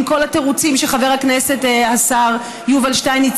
עם כל התירוצים שחבר הכנסת השר יובל שטייניץ